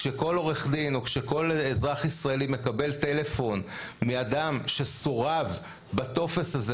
כשכל עו"ד או כשכל אזרח ישראלי מקבל טלפון מאדם שסורב בטופס הזה,